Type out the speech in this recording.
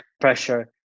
pressure